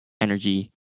energy